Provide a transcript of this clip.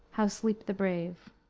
how sleep the brave?